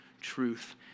truth